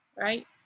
right